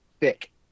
thick